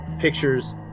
pictures